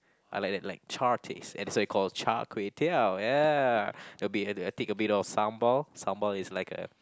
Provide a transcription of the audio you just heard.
I like that like char taste and that's why called Char-Kway-Teow ya a bit uh I take a bit of sambal sambal is like a